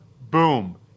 boom